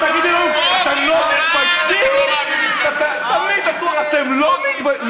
ותגידי לנו: אתם לא מתביישים?